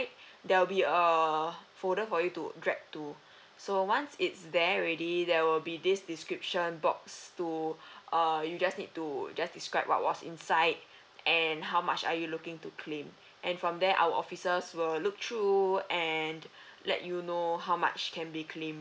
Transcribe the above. there will be a folder for you to drag to so once it's there already there will be this description box to uh you just need to just describe what was inside and how much are you looking to claim and from there our officers will look through and let you know how much can be claimed